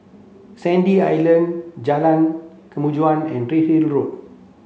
Sandy Island Jalan Kemajuan and Redhill Road